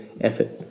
Effort